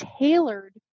tailored